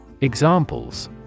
Examples